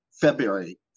February